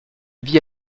vit